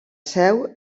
seu